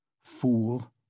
Fool